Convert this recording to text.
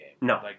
No